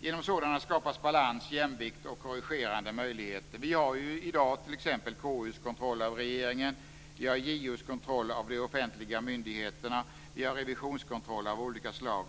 Genom sådana skapas balans, jämvikt och korrigerande möjligheter. Vi har i dag t.ex. KU:s kontroll av regeringen, vi har JO:s kontroll av de offentliga myndigheterna och vi har revisionskontroller av olika slag.